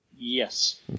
Yes